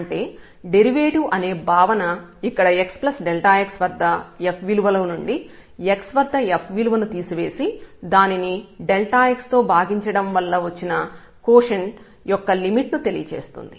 అంటే డెరివేటివ్ అనే భావన ఇక్కడ xx వద్ద f విలువ లో నుండి x వద్ద f విలువను తీసివేసి దానిని x తో భాగించడం వల్ల వచ్చిన కోషెంట్ యొక్క లిమిట్ ను తెలియజేస్తుంది